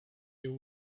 you